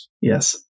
Yes